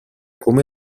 come